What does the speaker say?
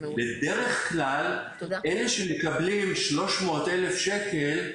בדרך כלל אלה שמקבלים 300,000 שקל,